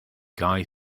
guy